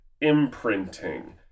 imprinting